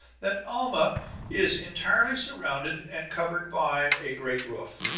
that alma is entirely surrounded and covered by a great roof,